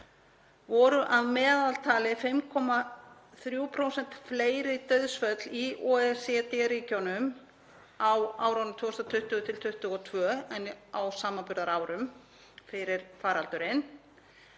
voru að meðaltali 5,3% fleiri dauðsföll í OECD-ríkjunum á árunum 2020–2022 en á samanburðarárum fyrir faraldurinn.